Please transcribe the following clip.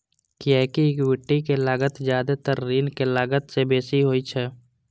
कियैकि इक्विटी के लागत जादेतर ऋणक लागत सं बेसी होइ छै